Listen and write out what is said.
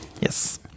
Yes